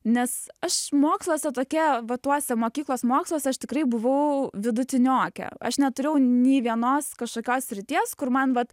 nes aš moksluose tokie va tuose mokyklos moksluose aš tikrai buvau vidutiniokė aš neturėjau nei vienos kažkokios srities kur man vat